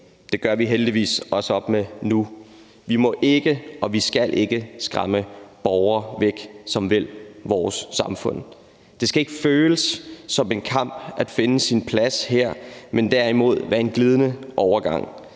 Det gør vi heldigvis også op med nu. Vi må ikke, og vi skal ikke skræmme borgere væk, som vil vores samfund. Det skal ikke føles som en kamp at finde sin plads her, men derimod være en glidende overgang.